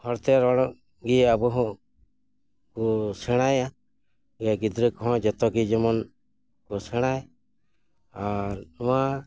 ᱦᱚᱲᱛᱮ ᱨᱚᱲ ᱤᱭᱟᱹ ᱟᱵᱚ ᱦᱚᱸ ᱥᱮᱬᱟᱭᱟ ᱡᱮ ᱜᱤᱫᱽᱨᱟᱹ ᱠᱚᱦᱚᱸ ᱡᱚᱛᱚᱜᱮ ᱡᱮᱢᱚᱱ ᱠᱚ ᱥᱮᱬᱟᱭ ᱟᱨ ᱱᱚᱣᱟ